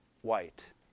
white